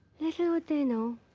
what they know.